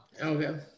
Okay